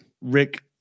Rick